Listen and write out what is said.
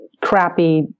crappy